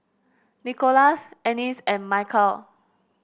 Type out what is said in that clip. Nikolas Annis and Michal